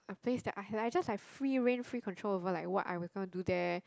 place that I just like free reign free control over like what I was gonna do there